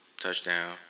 touchdown